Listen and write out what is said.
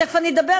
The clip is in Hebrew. תכף אני אדבר,